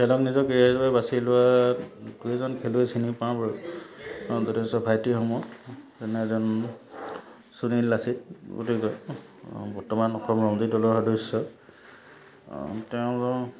ধৰি লওক নিজৰ কেৰিয়াৰ বাবে বাচি লোৱা দুই এজন খেলুৱৈ চিনি পাওঁ বাৰু যথেষ্ট ভাইটিসমূহ তেনে এজন সুনীল লাচিত গোটেই বৰ্তমান অসম দলৰ সদস্য় তেওঁলোক